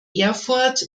erfurt